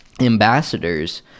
ambassadors